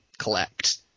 collect